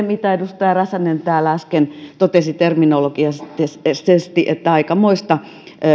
mitä edustaja räsänen täällä äsken totesi terminologisesti että aikamoista